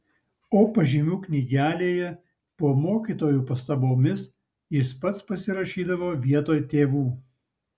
o pažymių knygelėje po mokytojų pastabomis jis pats pasirašydavo vietoj tėvų